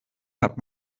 hat